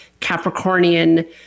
Capricornian